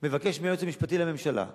מבקש מהיועץ המשפטי לממשלה,